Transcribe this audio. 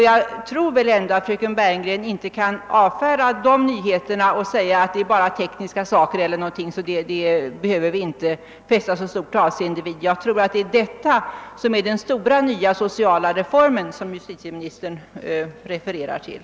Jag tror inte att fröken Bergegren kan avfärda nyheterna genom att säga, att det bara gäller tekniska saker, som vi inte behöver fästa så stort avseende vid. Jag tror att detta är den stora nya sociala reform som justitieministern refererar till.